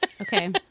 okay